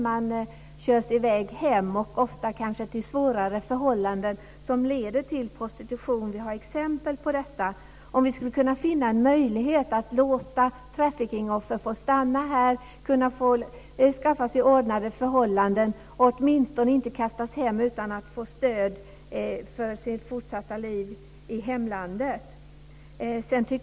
Man körs i väg hem, ofta kanske till svårare förhållanden som leder till prostitution. Vi har exempel på detta. Skulle man kunna finna en möjlighet att låta trafficking-offer stanna här, skaffa sig ordnade förhållanden, åtminstone inte kastas hem utan att få stöd för sitt fortsatta liv i hemlandet?